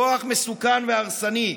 כוח מסוכן והרסני,